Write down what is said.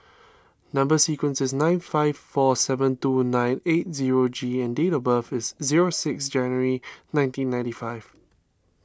Number Sequence is nine five four seven two nine zero eight G and date of birth is zero six January nineteen ninety five